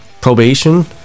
probation